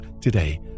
today